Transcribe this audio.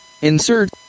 Insert